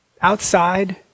outside